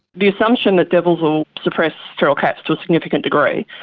the assumption that devils will suppress feral cats to a significant degree,